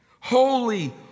holy